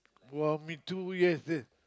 !wow! me too yes yes